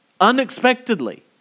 unexpectedly